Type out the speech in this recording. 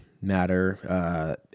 matter